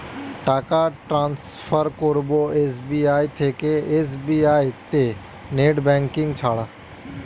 টাকা টান্সফার করব এস.বি.আই থেকে এস.বি.আই তে নেট ব্যাঙ্কিং ছাড়া?